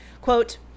quote